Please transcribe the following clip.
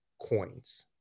coins